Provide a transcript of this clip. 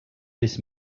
this